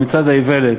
במצעד האיוולת,